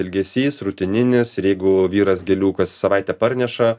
elgesys rutininis ir jeigu vyras gėlių kas savaitę parneša